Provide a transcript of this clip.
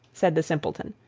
said the simpleton.